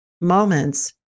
moments